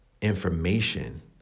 information